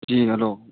جی hello